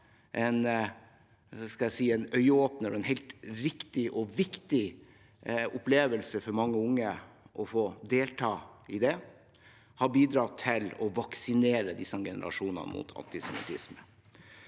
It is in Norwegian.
en øyeåpner og en helt riktig og viktig opplevelse for mange unge å få delta i det. Det har bidratt til å vaksinere disse generasjonene mot antisemittisme.